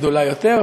גדולה יותר,